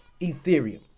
Ethereum